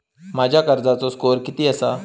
माझ्या कर्जाचो स्कोअर किती आसा?